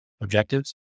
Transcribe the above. objectives